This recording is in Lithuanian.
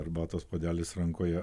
arbatos puodelis rankoje